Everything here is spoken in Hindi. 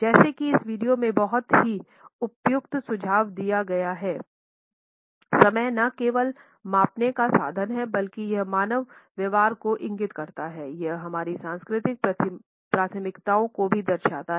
जैसा कि इस वीडियो में बहुत ही उपयुक्त सुझाव दिया गया है समय न केवल मापने का साधन है बल्कि यह मानव व्यवहार को इंगित करता है यह हमारी सांस्कृतिक प्राथमिकताओं को भी दर्शाता है